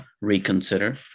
reconsider